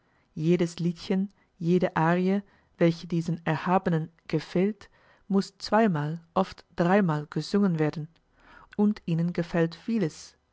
jedes liedchen jede arie welche diesen erhabenen gefällt muß zweimal oft dreimal gesungen werden und ihnen gefällt vieles